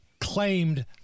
claimed